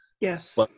Yes